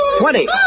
Twenty